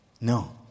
No